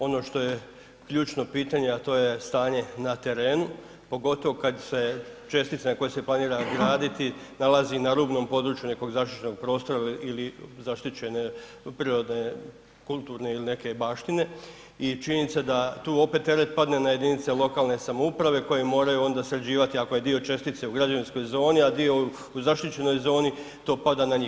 Ono što je ključno pitanje a to je stanje na terenu, pogotovo kad se čestice na koje se planira graditi nalazi na rubnom području nekog zaštićenog prostora ili zaštićene prirodne, kulturne ili neke baštine i činjenica da tu opet teret padne na jedinice lokalne samouprave koje moraju onda sređivati ako je dio čestice u građevinskoj zoni a dio u zaštićenoj zoni, to pada na njih.